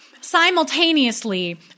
Simultaneously